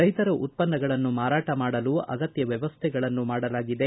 ರೈತರ ಉತನ್ನಗಳನ್ನು ಮಾರಾಟ ಮಾಡಲು ಅಗತ್ಯ ವ್ಯವಸ್ಥೆಗಳನ್ನು ಮಾಡಲಾಗಿದೆ